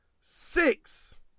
six